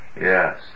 Yes